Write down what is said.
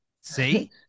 see